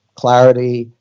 clarity,